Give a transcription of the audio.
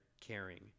caring